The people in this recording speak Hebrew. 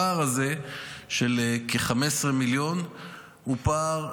הפער הזה של כ-15 מיליון הוא פער,